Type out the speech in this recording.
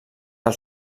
del